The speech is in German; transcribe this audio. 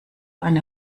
eine